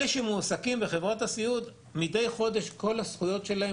אלה שמועסקים בחברות הסיעוד מדי חודש כל הזכויות שלהם